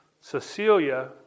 Cecilia